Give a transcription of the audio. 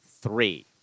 three